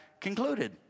concluded